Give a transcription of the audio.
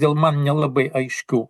dėl man nelabai aiškių